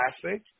classic